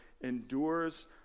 endures